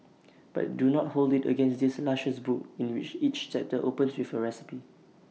but do not hold IT against this luscious book in which each chapter opens with A recipe